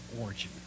origin